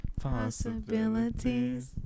possibilities